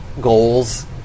goals